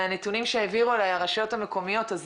מהנתונים שהעבירו אליי הרשויות המקומיות אז